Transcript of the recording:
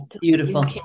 Beautiful